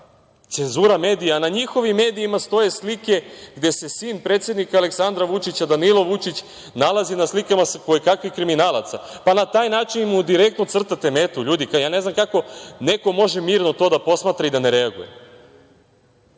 cenzura medija, a na njihovim medijima stoje slike gde se sin predsednika Aleksandra Vučića Danilo Vučić nalazi na slikama kojekakvih kriminalaca. Pa, na taj način mu direktno crtate metu, ljudi. Ne znam kako neko može mirno to da posmatra i da ne reaguje.